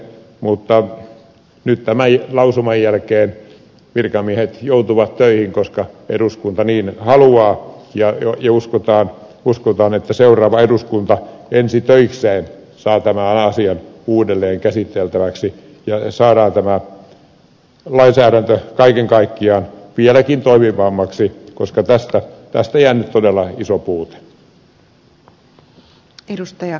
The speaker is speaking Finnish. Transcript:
mutta nyt tämän lausuman jälkeen virkamiehet joutuvat töihin koska eduskunta niin haluaa ja uskotaan että seuraava eduskunta ensi töikseen saa tämän asian uudelleen käsiteltäväksi ja saadaan tämä lainsäädäntö kaiken kaikkiaan vieläkin toimivammaksi koska tähän jää nyt todella iso puute